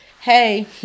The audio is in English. hey